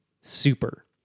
super